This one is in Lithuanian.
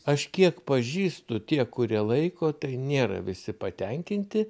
aš kiek pažįstu tie kurie laiko tai nėra visi patenkinti